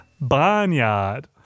Barnyard